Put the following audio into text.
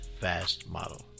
FastModel